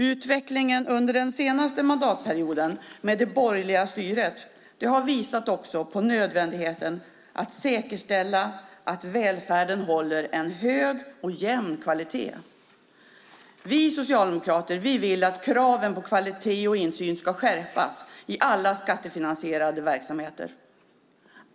Utvecklingen under den senaste mandatperioden med det borgerliga styret har visat på nödvändigheten att säkerställa att välfärden håller en hög och jämn kvalitet. Vi socialdemokrater vill att kraven på kvalitet och insyn ska skärpas i alla skattefinansierade verksamheter.